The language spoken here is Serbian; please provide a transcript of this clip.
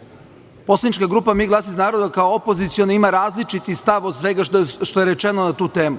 grupa. Poslanička grupa – Mi glas iz naroda, kao opoziciona ima različiti stav od svega što je rečeno na tu temu.